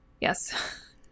Yes